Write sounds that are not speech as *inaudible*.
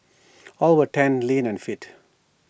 *noise* all were tanned lean and fit